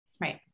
Right